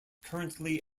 currently